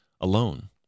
alone